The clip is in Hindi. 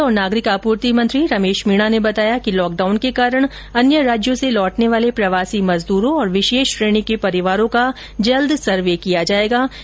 खाद्य और नागरिक आपूर्ति मंत्री रमेश मीणा ने बताया कि लॉकडाउन के कारण अन्य राज्यों से लौटने वाले प्रवासी मजदूरों और विशेष श्रेणी के परिवारों का जल्द सर्वे किया जायेगा